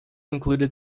included